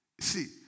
See